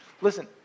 Listen